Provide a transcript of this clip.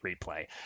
replay